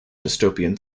dystopian